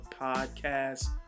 podcast